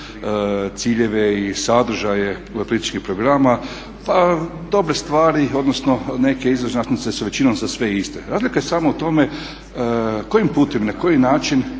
ciljeve i sadržaje političkih programa, pa dobre stvari, odnosno neke … su većinom su za sve iste, razlika je samo u tome kojim putem i na koji način